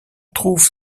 trouve